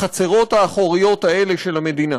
בחצרות האחוריות האלה של המדינה,